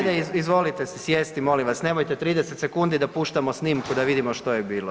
Ajde izvolite si sjesti molim vas, nemojte 30 sekundi da puštamo snimku da vidimo što je bilo.